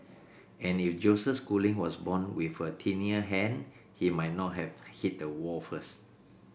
and if Joseph Schooling was born with a tinier hand he might not have hit the wall first